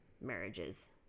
marriages